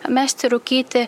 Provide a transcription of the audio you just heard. mesti rūkyti